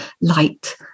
light